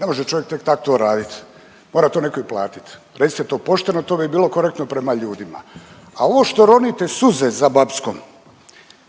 Ne može čovjek tek tak to radit, mora to netko i platit. Recite to pošteno, to bi bilo korektno prema ljudima. A ovo što ronite suze za Bapskom,